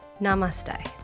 Namaste